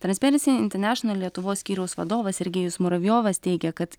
transparency international lietuvos skyriaus vadovas sergejus muravjovas teigė kad